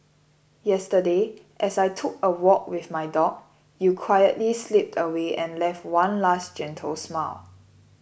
yesterday as I took a walk with my dog you quietly slipped away and left one last gentle smile